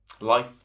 Life